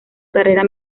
carrera